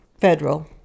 federal